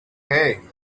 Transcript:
hey